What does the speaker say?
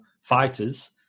fighters